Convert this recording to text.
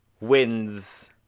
wins